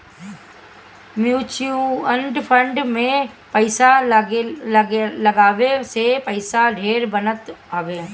mutual fund में पईसा लगावे से पईसा ढेर बनत हवे